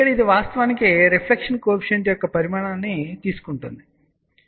ఇక్కడ ఇది వాస్తవానికి రిఫ్లెక్షన్ కోఎఫిషియంట్ యొక్క పరిమాణాన్ని తీసుకుంటుందని మీరు ఇక్కడ చూడవచ్చు